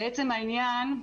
לעצם העניין,